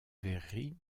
verrerie